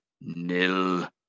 nil